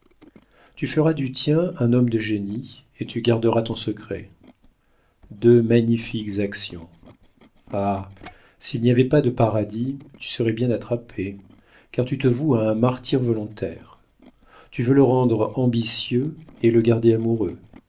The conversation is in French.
tu feras du tien un homme de génie et tu garderas ton secret deux magnifiques actions ah s'il n'y avait pas de paradis tu serais bien attrapée car tu te voues à un martyre volontaire tu veux le rendre ambitieux et le garder amoureux